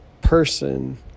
person